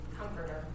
Comforter